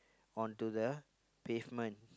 onto the pavement